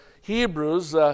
Hebrews